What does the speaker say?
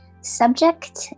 subject